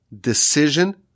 decision